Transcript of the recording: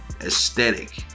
aesthetic